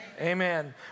Amen